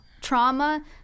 trauma